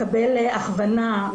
לקבל הכוונה,